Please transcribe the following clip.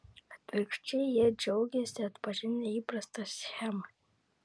atvirkščiai jie džiaugiasi atpažinę įprastą schemą